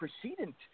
precedent